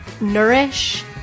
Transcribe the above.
nourish